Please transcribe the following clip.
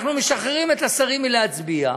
אנחנו משחררים את השרים מלהצביע,